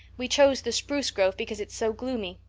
we chose the spruce grove because it's so gloomy.